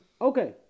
Okay